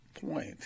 point